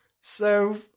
So